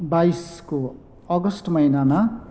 बाइसको अगस्त महिनामा